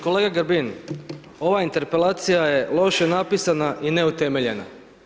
Kolega Grbin, ova Interpelacija je loše napisana i neutemeljena.